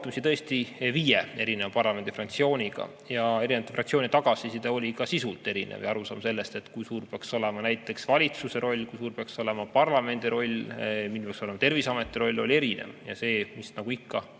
tõesti viie fraktsiooniga ja erinevate fraktsioonide tagasiside oli sisult erinev. Arusaam sellest, kui suur peaks olema näiteks valitsuse roll, kui suur peaks olema parlamendi roll, milline peaks olema Terviseameti roll, oli erinev. Ja see, mis nagu ikka